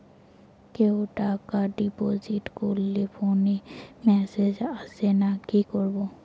কেউ টাকা ডিপোজিট করলে ফোনে মেসেজ আসেনা কি করবো?